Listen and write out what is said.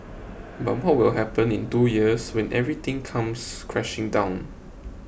but what will happen in two years when everything comes crashing down